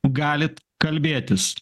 galit kalbėtis